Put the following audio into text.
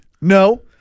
No